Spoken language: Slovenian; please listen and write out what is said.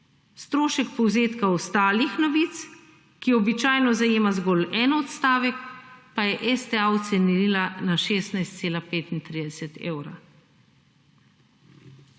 Strošek povzetka ostalih novic, ki običajno zajema zgolj en odstavek, pa je STA ocenila na 16,35 evra.